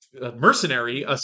mercenary